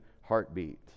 heartbeat